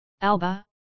Alba